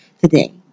today